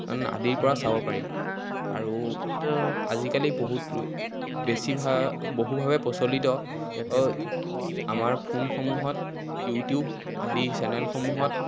আদিৰ পৰা চাব পাৰি আৰু আজিকালি বহুত বেছিভা বহুভাৱে প্ৰচলিত আমাৰ ফোনসমূহত ইউটিউব আদি চেনেলসমূহত